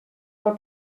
del